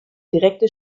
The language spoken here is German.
direkte